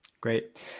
Great